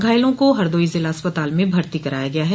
घायलों को हरदोई जिला अस्पताल में भर्ती कराया गया है